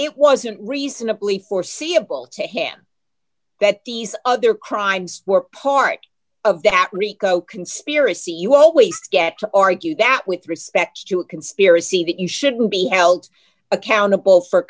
it wasn't reasonably foreseeable to him that these other crimes were part of that rico conspiracy you always get to argue that with respect to a conspiracy that you shouldn't be held accountable for